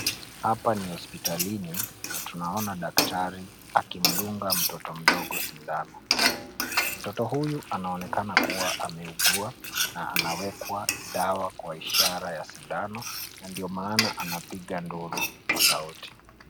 Hapa ni hospitalini na tunaona daktari akimdunga mtoto sindano. Mtoto huyu anaonekana kuwa ameugua na anawekwa dawa kwa ishara ya sindano na ndio maana anapiga nduru kwa sauti.